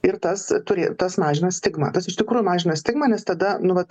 ir tas turi tas mažina stigmą tas iš tikrųjų mažina stigmą nes tada nu vat